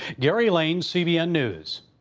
gary lane, cbn news.